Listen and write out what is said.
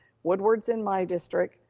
woodward's in my district,